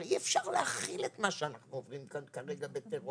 הרי אי אפשר להכיל את מה שאנחנו עוברים כאן כרגע בטרור,